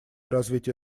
развития